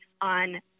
on